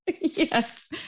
Yes